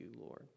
Lord